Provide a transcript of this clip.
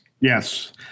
Yes